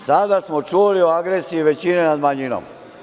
Sada smo čuli o agresiji većine nad manjinom.